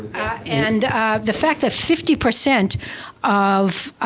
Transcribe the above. and the fact that fifty percent of.